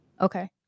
Okay